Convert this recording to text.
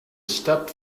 step